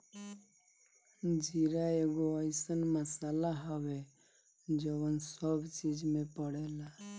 जीरा एगो अइसन मसाला हवे जवन सब चीज में पड़ेला